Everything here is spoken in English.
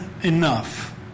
enough